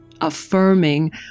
affirming